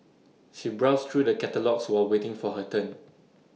she browsed through the catalogues while waiting for her turn